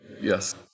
Yes